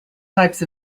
types